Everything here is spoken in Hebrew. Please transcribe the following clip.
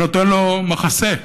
ונותן לו מחסה,